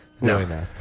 No